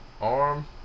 Arm